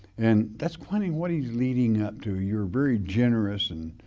and that's plainly what he's leading up to. you're very generous and.